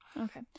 Okay